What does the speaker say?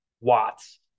watts